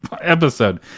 episode